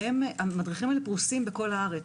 והמדריכים פרוסים ברחבי הארץ.